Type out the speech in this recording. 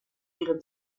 ihren